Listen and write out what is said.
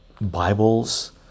Bibles